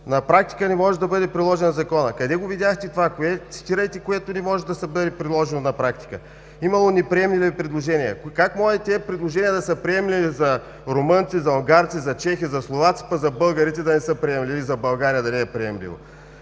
На практика не може да бъде приложен Законът. Къде го видяхте това? Цитирайте, което не може да бъде приложено на практика. Имало неприемливи предложения – как може тези предложения да са приемливи за румънци, за унгарци, за чехи, за словаци, а за българите да не са приемливи и за България да не е приемливо?